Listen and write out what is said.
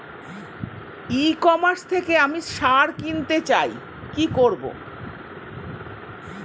ই commerce থেকে আমি সার কিনতে চাই কি করব?